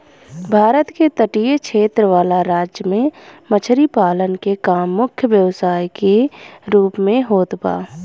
भारत के तटीय क्षेत्र वाला राज्य में मछरी पालन के काम मुख्य व्यवसाय के रूप में होत बा